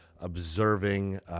observing